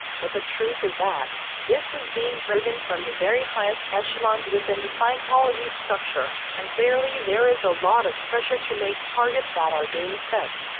but the truth is that, this is being driven from the very highest echelons within the scientology structure, and clearly there is a lot of pressure to make targets that are being set.